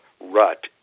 rut